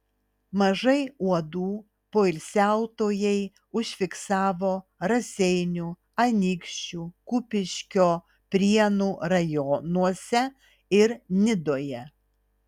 mažai uodų poilsiautojai užfiksavo raseinių anykščių kupiškio prienų rajonuose ir nidoje